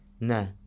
No